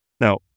Now